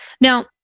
Now